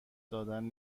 دادن